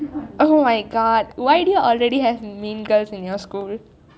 oh my god why do you already have mean girls in your school